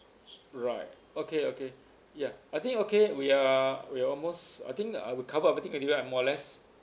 right okay okay ya I think okay we are we are almost I think I would cover everything already right more or less